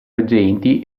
argenti